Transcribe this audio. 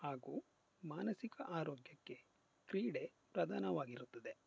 ಹಾಗೂ ಮಾನಸಿಕ ಆರೋಗ್ಯಕ್ಕೆ ಕ್ರೀಡೆ ಪ್ರಧಾನವಾಗಿರುತ್ತದೆ